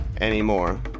anymore